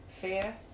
Fear